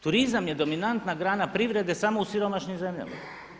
Turizam je dominantna grana privrede samo u siromašnim zemljama.